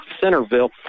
Centerville